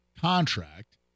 contract